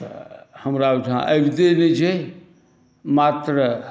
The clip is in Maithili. हमरा ओहिठाम अबिते नहि छै मात्र